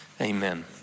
amen